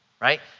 right